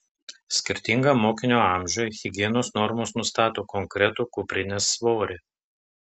skirtingam mokinio amžiui higienos normos nustato konkretų kuprinės svorį